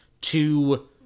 to-